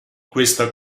questa